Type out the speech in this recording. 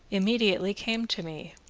immediately came to me.